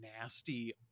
nasty